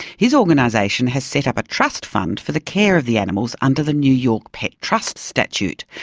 his organisation has set up a trust fund for the care of the animals under the new york pet trust statute,